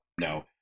no